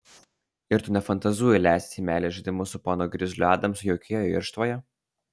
ir tu nefantazuoji leistis į meilės žaidimus su ponu grizliu adamsu jaukioje jo irštvoje